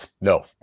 no